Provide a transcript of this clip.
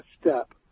step